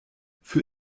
für